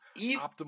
optimal